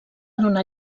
donar